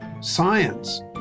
science